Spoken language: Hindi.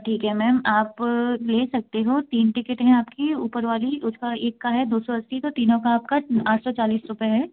ठीक है मैम आप ले सकते हो तीन टिकेट हैं आपकी ऊपर वाली उसका एक का है दो सौ अस्सी तो तीनों का आपका आठ सौ चालीस रुपये है